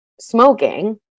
smoking